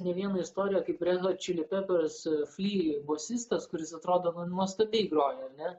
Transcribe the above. ne vieną istoriją kaip red hot chili peppers fli bosistas kuris atrodo nu nuostabiai groja ar ne